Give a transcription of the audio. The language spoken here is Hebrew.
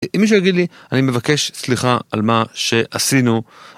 אם מישהו יגיד לי, אני מבקש סליחה על מה שעשינו.